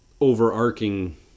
overarching